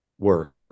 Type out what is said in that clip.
work